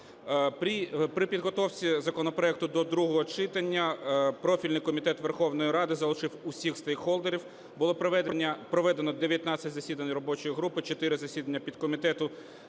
При підготовці законопроекту до другого читання профільний комітет Верховної Ради залучив усіх стейкхолдерів. Було проведено 19 засідань робочої групи, 4 засідання підкомітету,